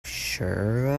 sure